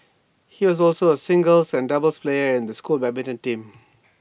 he was also A singles and doubles player in the school's badminton team